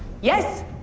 Yes